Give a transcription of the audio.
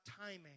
timing